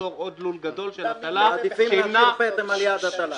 ליצור עוד לול גדול של הטלה שימנע --- מעדיפים להשאיר פטם על יד הטלה.